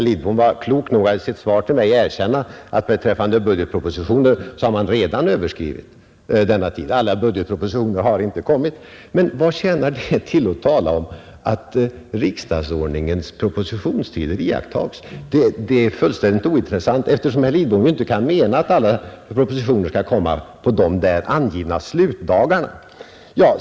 Statsrådet Lidbom var klok nog att i sitt svar till mig erkänna att man beträffande budgetpropositionerna överskridit den tiden — alla budgetpropositioner har ännu inte kommit. Men vad tjänar det till att säga att riksdagsordningens propositionstider iakttas. Det är fullständigt ointressant, eftersom herr Lidbom inte kan mena att alla propositioner skall komma på de angivna slutdagarna.